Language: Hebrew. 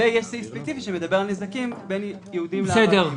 יש סעיף ספציפי שמדבר על נזקים בין יהודים וערבים